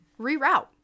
Reroute